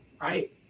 Right